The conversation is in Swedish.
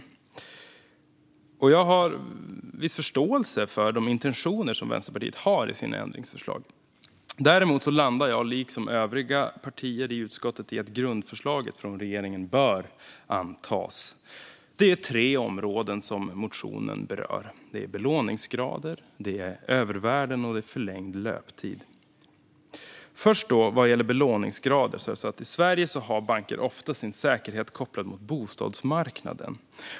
Jag har viss förståelse för de intentioner som Vänsterpartiet har med sina ändringsförslag. Däremot landar jag liksom övriga partier i utskottet i att grundförslaget från regeringen bör antas. Motionen berör tre områden: belåningsgrader, övervärden och förlängd löptid. Vad gäller belåningsgrader har banker i Sverige oftast sin säkerhet kopplad mot bostadsmarknaden.